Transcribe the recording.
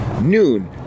noon